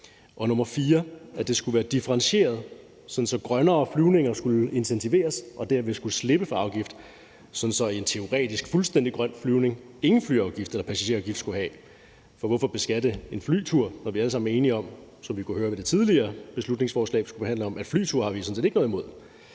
at det skulle være differentieret, sådan at grønnere flyvninger skulle intensiveres og derved skulle slippe for afgift – sådan at en teoretisk fuldstændig grøn flyvning ingen flyafgift eller passagerafgift skulle have, for hvorfor beskatte en flytur, når vi alle sammen er enige om, hvilket vi kunne høre under det tidligere beslutningsforslag, vi skulle forhandle om, at flyture har vi sådan set ikke noget imod.